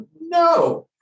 No